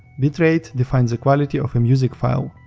bitrate defines the quality of a music file.